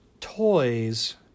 toys